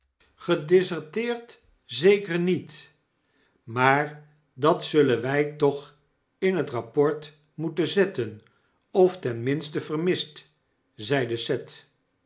gedeserteerd zeker niet maar dat zullen wy toch in het rapport moeten zetten often minste vermist zeide